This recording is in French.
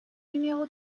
numéro